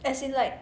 as in like